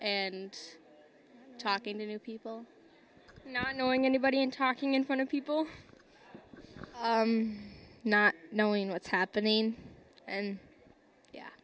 and talking to new people not knowing anybody and talking in front of people not knowing what's happening and yeah